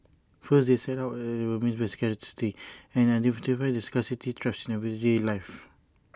first they set out what they mean by scarcity and identify the scarcity traps in everyday life